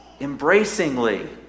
Embracingly